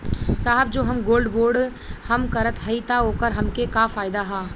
साहब जो हम गोल्ड बोंड हम करत हई त ओकर हमके का फायदा ह?